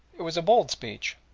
it was a bold speech,